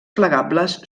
plegables